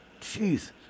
Jeez